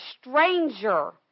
stranger